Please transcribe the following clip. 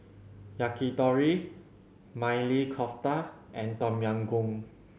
Yakitori Maili Kofta and Tom Yam Goong